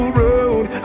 road